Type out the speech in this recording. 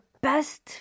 best